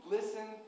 listen